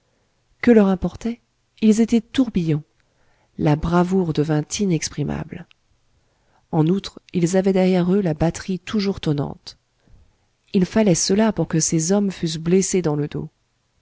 que leur importait ils étaient tourbillon la bravoure devint inexprimable en outre ils avaient derrière eux la batterie toujours tonnante il fallait cela pour que ces hommes fussent blessés dans le dos